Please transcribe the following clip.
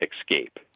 escape